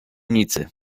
nicy